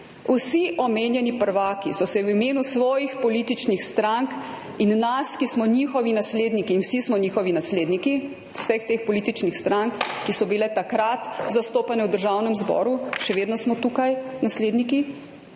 Vsi omenjeni prvaki so se v imenu svojih političnih strank in nas, ki smo njihovi nasledniki – in vsi smo njihovi nasledniki, vseh teh političnih strank, ki so bile takrat zastopane v Državnem zboru, še vedno smo tukaj nasledniki